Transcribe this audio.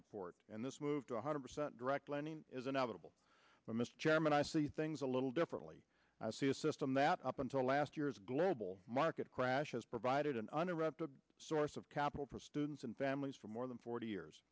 support and this move to one hundred percent direct lending is inevitable but mr chairman i see things a little differently i see a system that up until last year's global market crash has provided an uninterrupted source of capital for students and families for more than forty years